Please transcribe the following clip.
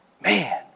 Man